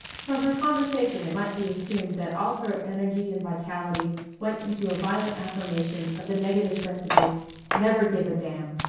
from her conversation it might be assumed that all her energy and vitality went into a violent affirmation of the negative principle never give a damn.